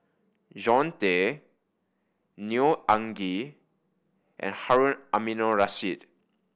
Jean Tay Neo Anngee and Harun Aminurrashid